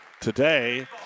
today